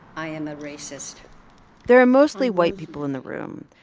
i am a racist there are mostly white people in the room,